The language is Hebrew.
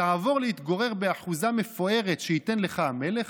תעבור להתגורר באחוזה מפוארת שייתן לך המלך,